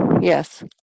yes